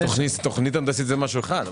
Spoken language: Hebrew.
תוכנית הנדסית זה משהו אחד.